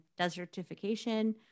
desertification